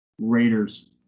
Raiders